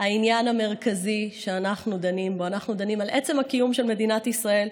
העניין המרכזי שאנחנו דנים בו: אנחנו דנים על עצם הקיום של מדינת ישראל,